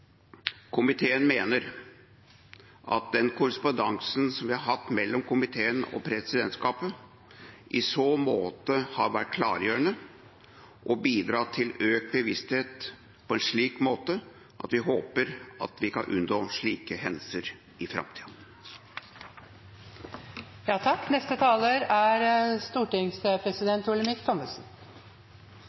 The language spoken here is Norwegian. Komiteen mener at den korrespondansen som vi har hatt mellom komiteen og presidentskapet, i så måte har vært klargjørende og har bidratt til økt bevissthet på en slik måte at vi håper at vi kan unngå slike hendelser i